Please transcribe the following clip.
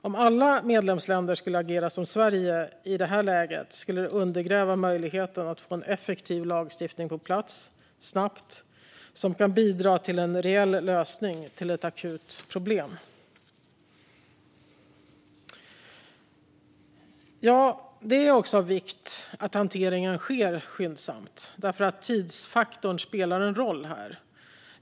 Om alla medlemsländer skulle agera som Sverige i detta läge skulle det undergräva möjligheterna att få en effektiv lagstiftning på plats - snabbt - som kan bidra till en reell lösning på ett akut problem. Det är också av vikt att hanteringen sker skyndsamt därför att tidsfaktorn spelar roll här.